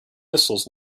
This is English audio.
missiles